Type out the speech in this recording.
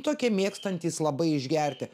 tokie mėgstantys labai išgerti